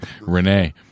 Renee